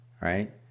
right